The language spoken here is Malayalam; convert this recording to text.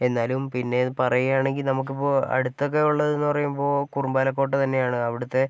എന്നാലും പിന്നെ പറയുകയാണെങ്കിൽ നമുക്ക് ഇപ്പോൾ അടുത്തൊക്കെ ഉള്ളതെന്ന് പറയുമ്പോൾ കുർബാന കോട്ട തന്നെയാണ് അവിടത്തെ